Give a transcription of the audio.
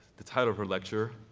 the title of her lecture,